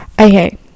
okay